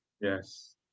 Yes